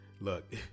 Look